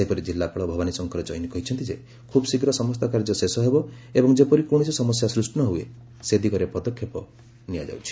ସେହିପରି କିଲ୍ଲୁପାଳ ଭବାନୀ ଶଙ୍କର ଚଇନି କହିଛନ୍ତି ଯେ ଖୁବ୍ ଶୀଘ୍ର ସମସ୍ତ କାର୍ଯ୍ୟ ଶେଷ ହେବ ଏବଂ ଯେପରି କୌଶସି ସମସ୍ୟା ସୃଷ୍ଟି ନହୁଏ ସେ ଦିଗରେ ପଦକ୍ଷେପ ନିଆଯାଉଛି